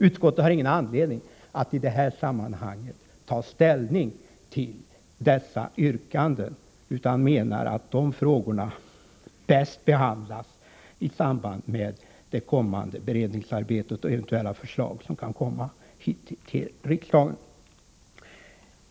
Utskottet har ingen anledning att i det här sammanhanget ta ställning till dessa yrkanden, utan menar att de frågorna bäst behandlas i samband med det kommande beredningsarbetet och eventuella förslag som kan komma hit till riksdagen.